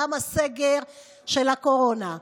גם הסגר של הקורונה.